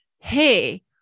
hey